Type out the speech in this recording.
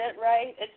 right